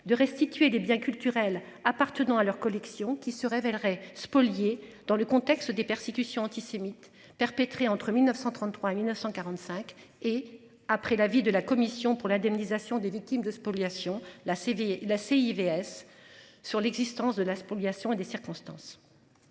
de restituer des biens culturels appartenant à leur collection qui se révélerait spoliés dans le contexte des persécutions antisémites perpétrés entre 1933 et 1945 et après l'avis de la Commission pour l'indemnisation des victimes de spoliations la CV la CIV. Sur l'existence de la spoliation et des circonstances.